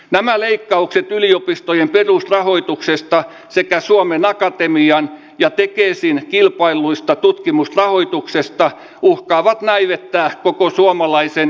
nämä leikkaukset yliopistojen perusrahoituksesta sekä suomen akatemian ja tekesin kilpailuista tutkimusrahoituksesta uhkaa näivettää koko suomalaisen